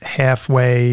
halfway